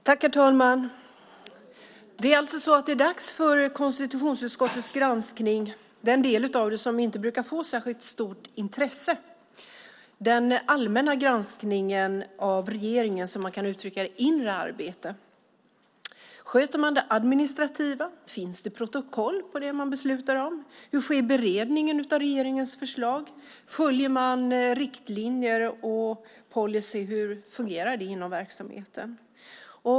Herr talman! Det är alltså dags för den del av konstitutionsutskottets granskning som inte brukar få särskilt stort intresse. Det är den allmänna granskningen av regeringens inre arbete, om man ska uttrycka det så. Sköter man det administrativa? Finns det protokoll på det man beslutar om? Hur sker beredningen av regeringens förslag? Följer man riktlinjer, och hur fungerar policyer inom verksamheten?